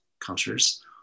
cultures